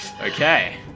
Okay